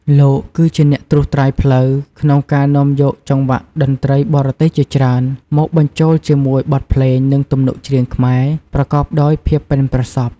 លោកគឺជាអ្នកត្រួសត្រាយផ្លូវ ក្នុងការនាំយកចង្វាក់តន្ត្រីបរទេសជាច្រើន មកបញ្ចូលជាមួយបទភ្លេង និងទំនុកច្រៀងខ្មែរ ប្រកបដោយភាពប៉ិនប្រសប់ ។